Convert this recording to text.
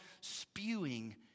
spewing